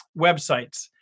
websites